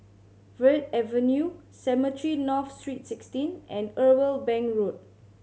Verde Avenue Cemetry North Street Sixteen and Irwell Bank Road